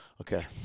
Okay